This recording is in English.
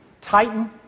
Titan